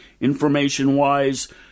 information-wise